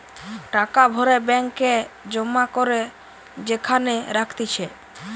টাকা ভরে ব্যাঙ্ক এ জমা করে যেখানে রাখতিছে